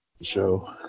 Show